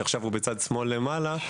שעכשיו הוא בצד שמאל למעלה,